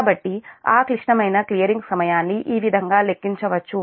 కాబట్టి ఆ క్లిష్టమైన క్లియరింగ్ సమయాన్ని ఈ విధంగా లెక్కించవచ్చు